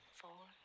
four